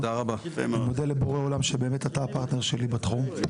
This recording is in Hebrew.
אני מודה לבורא עולם שבאמת אתה הפרטנר שלי בתחום.